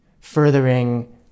furthering